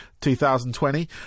2020